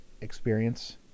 experience